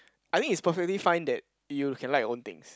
I think is perfectly fine that you can like your own things